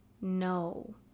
No